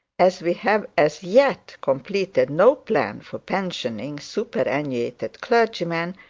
as we have as yet completed no plan for positioning superannuated clergymen,